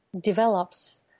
develops